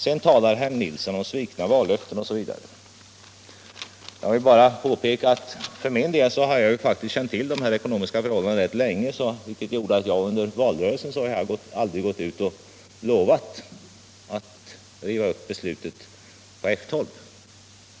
Sedan talar herr Nilsson om svikna vallöften m.m. För min del har jag faktiskt känt till de här ekonomiska förhållandena ganska länge, vilket gjorde att jag under valrörelsen aldrig gick ut och lovade att riva upp beslutet om F 12.